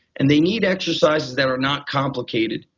and they need exercises that are not complicated,